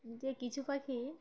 যে কিছু পাখি